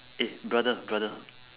eh brother brother